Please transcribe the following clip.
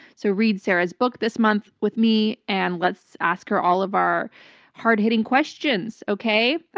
so read sarah's book this month with me and let's ask her all of our hard-hitting questions, okay? ah